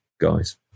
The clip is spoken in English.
guys